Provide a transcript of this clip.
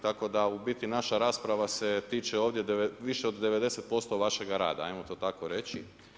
Tako da u biti naša rasprava se tiče ovdje više od 90% vašega rada hajmo to tako reći.